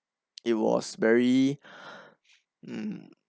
it was very mm